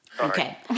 Okay